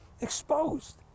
exposed